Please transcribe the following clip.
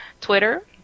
Twitter